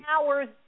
hours